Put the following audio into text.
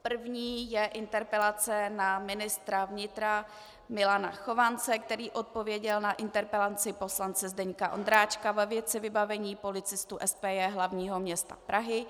První je interpelace na ministra vnitra Milana Chovance, který odpověděl na interpelaci poslance Zdeňka Ondráčka ve věci vybavení policistů SPJ hlavního města Prahy.